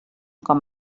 com